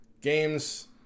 games